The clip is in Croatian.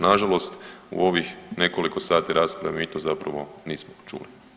Nažalost u ovih nekoliko sati rasprave mi to zapravo nismo čuli.